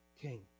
king